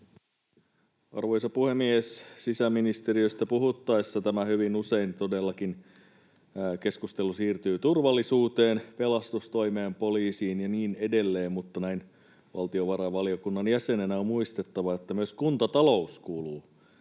Arvoisa puhemies! Sisäministeriöstä puhuttaessa tämä keskustelu hyvin usein todellakin siirtyy turvallisuuteen, pelastustoimeen, poliisiin ja niin edelleen, mutta näin valtiovarainvaliokunnan jäsenenä on muistettava, että myös kuntatalous kuuluu